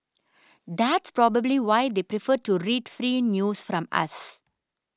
that's probably why they prefer to read free news from us